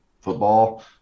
football